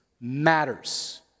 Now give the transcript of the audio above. matters